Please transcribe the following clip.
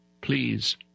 please